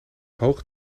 hoog